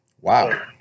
Wow